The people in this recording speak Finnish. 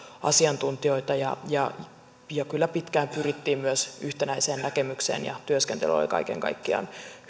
asiantuntijoita ja kyllä pitkään pyrittiin myös yhtenäiseen näkemykseen ja työskentely oli kaiken kaikkiaan